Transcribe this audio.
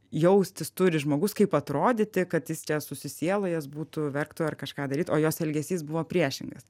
jaustis turi žmogus kaip atrodyti kad jis čia susisielojęs būtų verktų ar kažką darytų o jos elgesys buvo priešingas